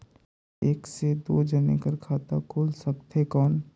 एक से दो जने कर खाता खुल सकथे कौन?